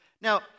Now